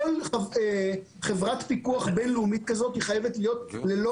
כל חברת פיקוח בינלאומית כזאת היא חייבת להיות ללא